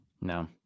No